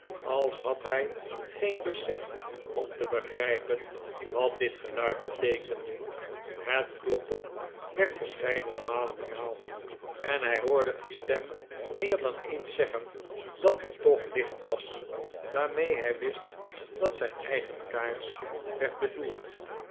als had hij geen besef om te begrijpen wat dit geluid beteekende het kloppen werd verscheidene malen herhaald en hij hoorde een stem meer dan eens zeggen dat er toch licht was waarmee hij wist dat zijn eigen kaars werd bedoeld